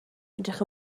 edrych